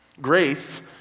Grace